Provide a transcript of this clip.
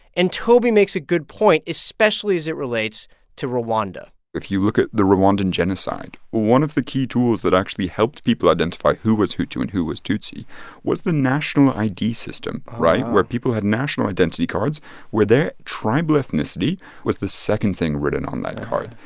and toby makes a good point, especially as it relates to rwanda if you look at the rwandan genocide, one of the key tools that actually helped people identify who was hutu and who was tutsi was the national id system right? where people had national identity cards where their tribal ethnicity was the second thing written on that card.